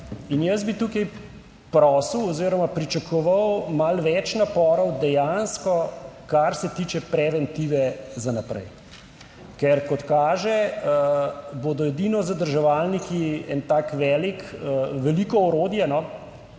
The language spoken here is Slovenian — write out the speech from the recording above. In jaz bi tukaj prosil oziroma pričakoval malo več naporov, dejansko kar se tiče preventive za naprej, ker kot kaže bodo edino zadrževalniki eno veliko orodje, ki